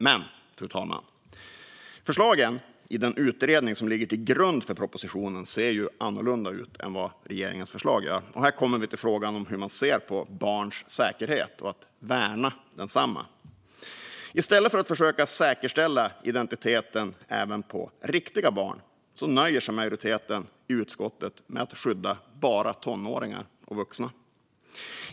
Men, fru talman, förslagen i den utredning som ligger till grund för propositionen ser annorlunda ut än regeringens förslag, och här kommer vi till frågan om hur man ser på barns säkerhet och att värna densamma. I stället för att försöka säkerställa identiteten även på riktiga barn nöjer sig majoriteten i utskottet med att skydda bara tonåringar och vuxna.